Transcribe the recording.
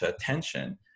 attention